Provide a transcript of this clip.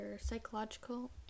psychological